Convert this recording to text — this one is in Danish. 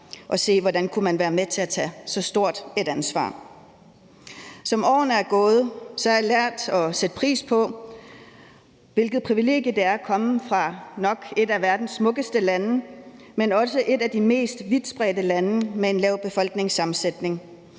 at se, hvordan man kunne være med til at tage så stort et ansvar. Som årene er gået, har jeg lært at sætte pris på, hvilket privilegie det er at komme fra et af verdens nok smukkeste lande, men også et af de mest vidtstrakte lande med et lavt befolkningstal.